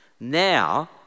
Now